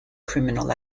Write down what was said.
criminal